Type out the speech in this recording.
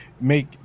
make